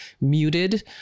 muted